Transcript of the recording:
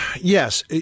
yes